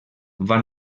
van